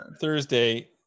Thursday